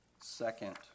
second